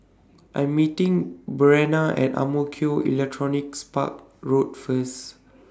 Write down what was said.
I'm meeting Breanna At Ang Mo Kio Electronics Park Road First